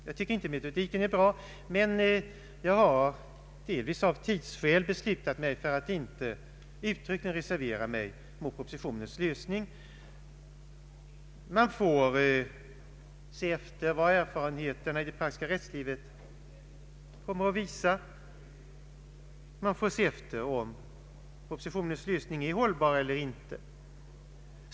Jag tycker inte att metodiken är bra, men jag har delvis av tidsskäl beslutat mig för att inte uttryckligen reservera mig mot propositionens förslag till lösning. Man får se vad erfarenheterna i det praktiska rättslivet kommer att visa och om propositionens lösning är hållbar eller ej.